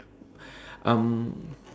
um